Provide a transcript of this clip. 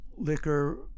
Liquor